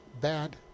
bad